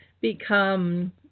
become